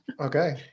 Okay